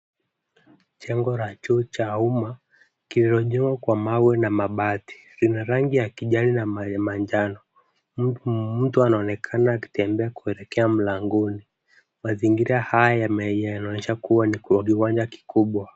Jengo la choo cha umma kilichojengwa kwa mawe na mabati kina rangi ya kijani na majano. Mtu anaonekana akitembea kuelekea mlangoni. Mazingira haya yanaonyesha ni kwa kiwanja kikubwa.